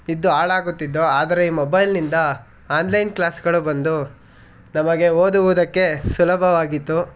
ಇದ್ದು ಹಾಳಾಗುತ್ತಿದ್ದೋ ಆದರೆ ಈ ಮೋಬೈಲ್ನಿಂದ ಆನ್ಲೈನ್ ಕ್ಲಾಸ್ಗಳು ಬಂದು ನಮಗೆ ಓದುವುದಕ್ಕೆ ಸುಲಭವಾಗಿತ್ತು